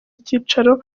icyicaro